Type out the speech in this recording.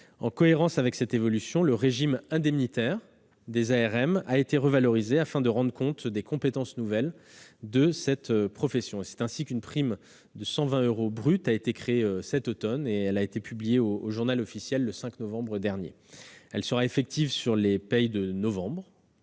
En cohérence avec cette évolution, le régime indemnitaire des ARM a été revalorisé, afin de rendre compte des compétences nouvelles de cette profession. C'est ainsi qu'une prime de 120 euros bruts a été créée cet automne. Sa création a été publiée au le 5 novembre dernier, avec une effectivité sur les payes de novembre.